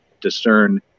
discern